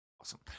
Awesome